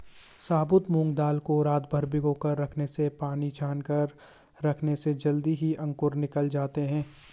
साबुत मूंग दाल को रातभर भिगोकर रखने से पानी छानकर रखने से जल्दी ही अंकुर निकल आते है